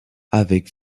avec